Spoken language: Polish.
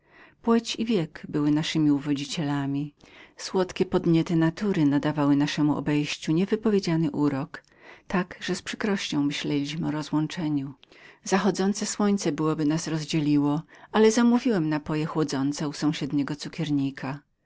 płeć i wiek dostatecznie zastępowały nam miejsce zalotności stosunek natury rozlewał na nasze obejście niewypowiedziany urok tak że z trudnością myśleliśmy o rozłączeniu zachodzące słońce byłoby nas rozdzieliło ale zamówiłem chłodniki u sąsiedniego cukiernika